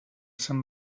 sant